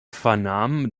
vernahmen